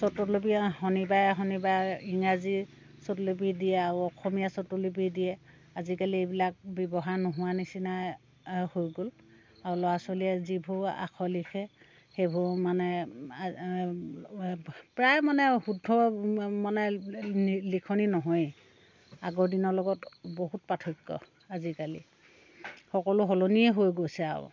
শনিবাৰে শনিৰায়ে ইংৰাজী শ্ৰুতলিপি দিয়ে আও অসমীয়া শ্ৰুতলিপি দিয়ে আজিকালি এইবিলাক ব্যৱহাৰ নোহোৱাই নিচিনাই হৈ গ'ল আও ল'ৰা ছোৱালীয়ে যিবোৰ আখৰ লিখে সেইবোৰ মানে প্ৰায় মানে শুদ্ধ মানে লি লিখনি নহয়েই আগৰ দিনৰ লগত বহুত পাথক্য আজিকালি সকলো সলনিয়ে হৈ গৈছে আও